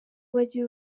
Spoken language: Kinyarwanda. bagira